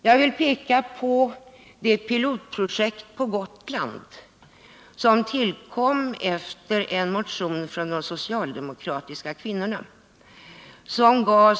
Jag vill peka på det pilotprojekt på Gotland som tillkom tack vare en motion väckt av de socialdemokratiska kvinnorna.